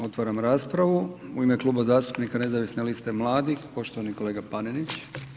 Otvaram raspravu u ime Kluba zastupnika Nezavisne liste mladih, poštovani kolega Panenić.